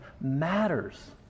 matters